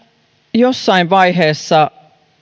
jossain vaiheessa